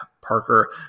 Parker